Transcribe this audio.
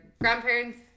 grandparents